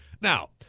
Now